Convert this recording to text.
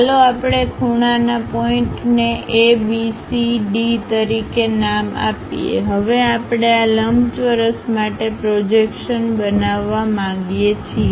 ચાલો આપણે ખૂણાના પોઇન્ટને એ બી C અને D તરીકે નામ આપીએ હવે આપણે આ લંબચોરસ માટે પ્રોજેક્શન બનાવવા માંગીએ છીએ